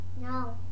No